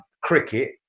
cricket